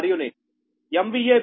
2 p